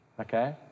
okay